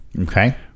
Okay